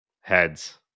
Heads